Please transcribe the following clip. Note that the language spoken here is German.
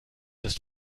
ist